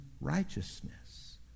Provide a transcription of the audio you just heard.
righteousness